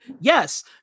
Yes